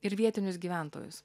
ir vietinius gyventojus